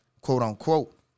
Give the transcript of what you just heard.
quote-unquote